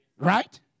Right